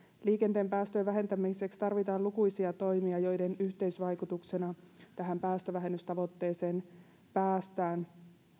liikenteen päästöjen vähentämiseksi tarvitaan lukuisia toimia joiden yhteisvaikutuksena tähän päästövähennystavoitteeseen päästään